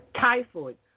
typhoid